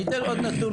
אני אתן עוד נתון,